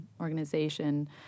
organization